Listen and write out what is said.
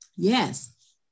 Yes